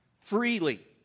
freely